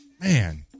Man